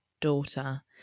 daughter